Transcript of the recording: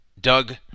Doug